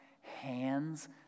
hands